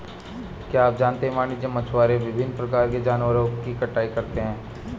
क्या आप जानते है वाणिज्यिक मछुआरे विभिन्न प्रकार के जानवरों की कटाई करते हैं?